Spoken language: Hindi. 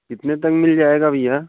कितने तक मिल जाएगा भैया